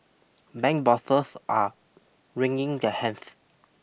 bank bosses are wringing their hands